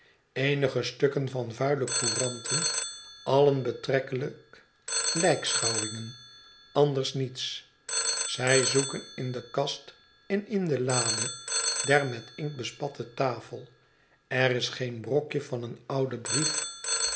eenige stukken van vuile couranten allen betrekkelijk lijkschouwingen anders niets zij zoeken in de kast en in de lade der met inkt bespatte tafel er is geen brokje van een ouden brief